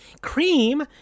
Cream